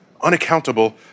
unaccountable